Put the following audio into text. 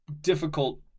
difficult